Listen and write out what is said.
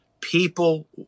People